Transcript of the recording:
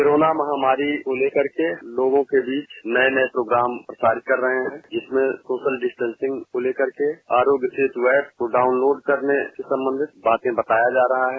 corona महामारी को लेकर के लोगों के बीच नये नये प्रोग्राम प्रसारित कर रहे हैं जिसमें सोशल डिस्टेंसिंग को लेकर के आरोग्य सेतु ऐप को डाउनलोड करने से संबंधित बाकी बताया जा रहा है